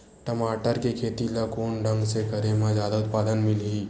टमाटर के खेती ला कोन ढंग से करे म जादा उत्पादन मिलही?